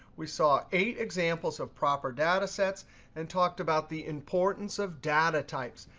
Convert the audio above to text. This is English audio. we saw eight examples of proper data sets and talked about the importance of data types.